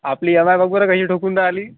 आपली यमाय बघ बरं कशी ठोकून राहिली